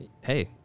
hey